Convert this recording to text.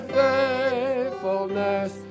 faithfulness